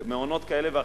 מעונות כאלה ואחרים.